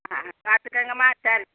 ஆ பார்த்துக்கங்கம்மா சரி